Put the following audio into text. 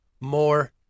more